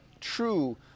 true